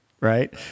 right